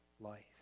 life